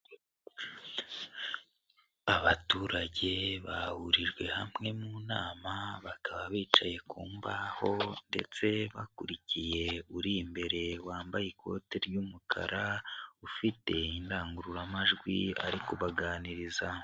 Abaturage bahurijwe hamwe mu nama, bakaba bicaye ku mbaho ndetse bakurikiye uri imbere wambaye ikote ry'umukara, ufite indangururamajwi, ari kubaganiriza.